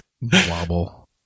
Wobble